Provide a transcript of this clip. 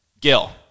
Gil